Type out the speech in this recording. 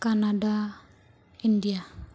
Canada India